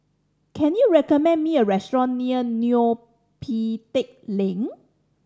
can you recommend me a restaurant near Neo Pee Teck Lane